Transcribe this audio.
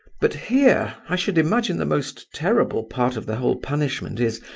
but here i should imagine the most terrible part of the whole punishment is,